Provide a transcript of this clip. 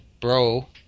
bro